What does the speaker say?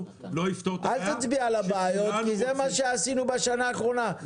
--- אל תצביע על הבעיות כי זה מה שעשינו בשנה האחרונה,